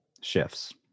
shifts